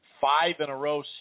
five-in-a-row